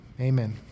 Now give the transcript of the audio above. amen